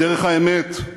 בדרך האמת,